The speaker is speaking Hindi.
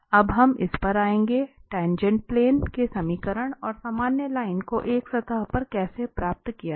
अब हम इस पर आएंगे टाँगेँट प्लेन के समीकरण और सामान्य लाइन को एक सतह पर कैसे प्राप्त किया जाए